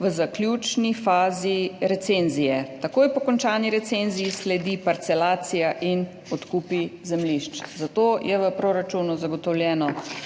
v zaključni fazi recenzije. Takoj po končani recenziji sledijo parcelacija in odkupi zemljišč. Za to je v proračunu zagotovljenega